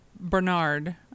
Bernard